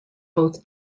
both